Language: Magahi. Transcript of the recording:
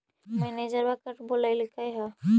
मैनेजरवा कल बोलैलके है?